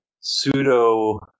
pseudo